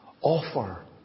offer